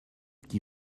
qui